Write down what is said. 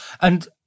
And-